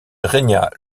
régna